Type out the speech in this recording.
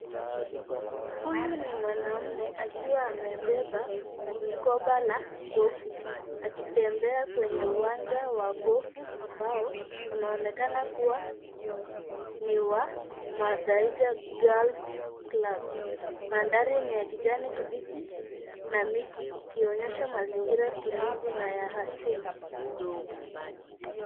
Huyu ni mwanaume akiwa amebeba mkoba la gofu, akitembea kwenye uwanja wa gofu, ambao unaonekana kuwa ni wa Muthaiga golf club . Mandhari ni ya kijani kibichi, na miti, ikionyesha mazingira tulivu, na ya asili.